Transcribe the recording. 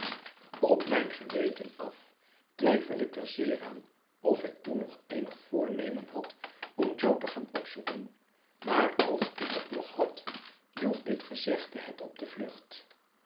op mijn geweten af twijfel ik er zeer aan of ik toen nog eenig voornemen had om jo te gaan opzoeken maar als ik het nog had joeg dit gezegde het op de vlucht